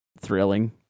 thrilling